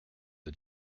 the